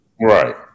Right